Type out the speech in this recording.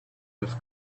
have